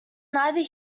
neither